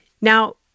Now